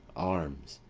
arms,